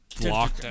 block